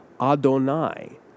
Adonai